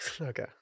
okay